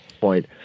point